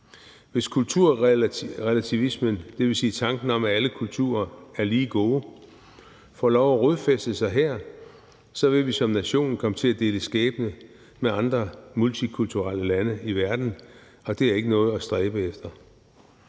Hvis kulturrelativismen, dvs. tanken om, at alle kulturer er lige gode, får lov at rodfæste sig her, så vil vi som nation komme til at dele skæbne med andre multikulturelle lande i verden, og det er ikke noget at stræbe efter.